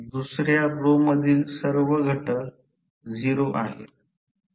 तर Re2 XE2 अभिव्यक्तीला हे सर्व माहित आहे व्होल्टेज नियमन असे म्हणतात